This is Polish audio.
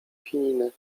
chininy